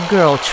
Girl